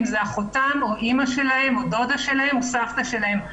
אם זה אחותם או אימא שלהם או דודה או סבתא שלהם.